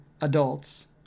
adults